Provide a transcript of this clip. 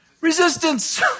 Resistance